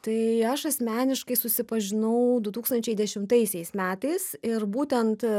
tai aš asmeniškai susipažinau du tūkstančiai dešimtaisiais metais ir būtent